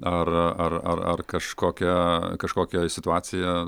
ar ar ar kažkokia kažkokia situacija